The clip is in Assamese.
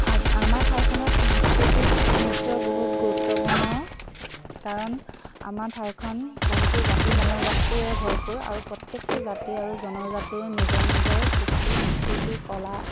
আমাৰ ঠাইখনত সাংস্কৃতিক নৃত্য বহুত গুৰুত্বপূৰ্ণ কাৰণ আমাৰ ঠাইখন বহুতো জাতি জনজাতিৰে ভৰপূৰ আৰু প্ৰত্যেকটো জাতি আৰু জনজাতিৰে নিজৰ নিজৰ কৃষ্টি সংস্কৃতি কলা